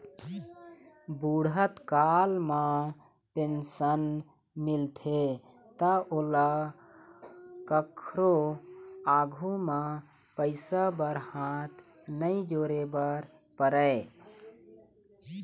बूढ़त काल म पेंशन मिलथे त ओला कखरो आघु म पइसा बर हाथ नइ जोरे बर परय